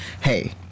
hey